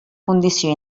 condició